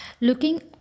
Looking